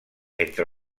entre